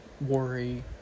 worry